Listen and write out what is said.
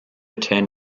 ten